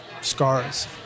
scars